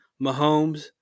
Mahomes